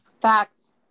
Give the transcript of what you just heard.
Facts